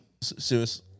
serious